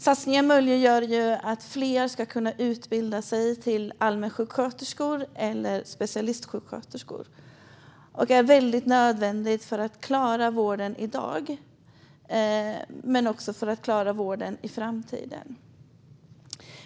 Satsningen möjliggör att fler ska kunna utbilda sig till allmänsjuksköterskor eller specialistsjuksköterskor. Det är väldigt nödvändigt för att klara vården i dag men också för att klara vården i framtiden.